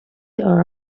are